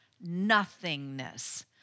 nothingness